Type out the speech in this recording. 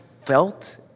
felt